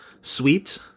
sweet